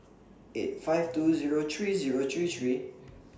eight five two Zero three Zero three three